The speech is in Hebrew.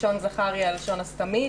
לשון זכר היא הלשון הסתמית,